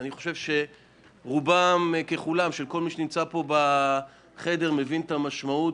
אני חושב שכל מי שנמצא פה בחדר מבין את המשמעות